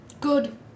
Good